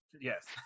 Yes